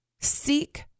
seek